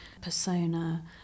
persona